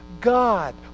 God